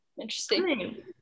Interesting